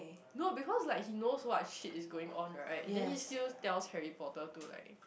no because like he knows what shit is going on right then he still tells Harry-Potter to like